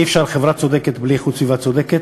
אי-אפשר שתהיה חברה צודקת בלי איכות סביבה צודקת,